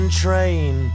train